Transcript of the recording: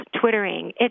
twittering